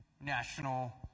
national